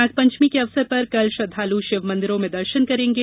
नागपंचमी के अवसर पर कल श्रद्दालु शिवमंदिरों में दर्शन करेंगे